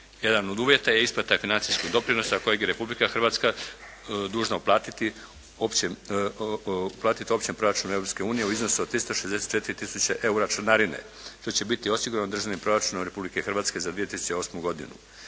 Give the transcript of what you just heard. Jedan od uvjeta je i isplata financijskih doprinosa koje je Republika Hrvatska dužna uplatiti Općem proračunu Europske unije u iznosu od 364 tisuće eura članarine što će biti osigurano Državnim proračunom Republike Hrvatske za 2008. godinu.